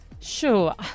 sure